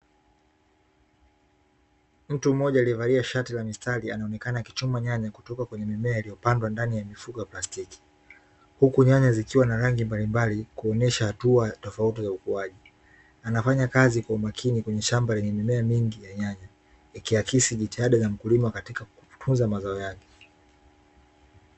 Mtu mmoja aliyavalia shati la mistari anaonekana akichuma nyanya kutoka kwenye mimea iliyopandwa ndani ya mifuko ya plastiki, huku nyanya zikiwa na rangi mbalimbali kuonyesha hatua tofauti za ukuaji. Anafanya kazi kwa umakini kwenye shamba lenye mimea mingi ya nyanya likiakisi jitihada za mkulima katika kutunza mazao yake.